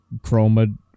Chroma